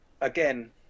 again